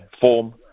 form